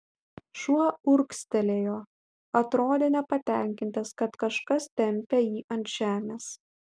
šuo urgztelėjo atrodė nepatenkintas kad kažkas tempia jį ant žemės